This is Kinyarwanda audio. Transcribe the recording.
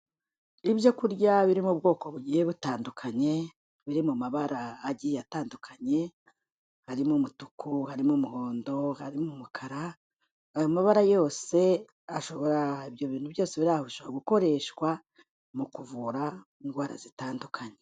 Ibyo kurya biri mu ubwoko bugiye butandukanye biri mu mabara agiye atandukanye, harimo umutuku, harimo umuhondo, harimo umukara, ayo mabara yose ashobora ibyo bintu byose biri aho bishobora gukoreshwa mu kuvura indwara zitandukanye.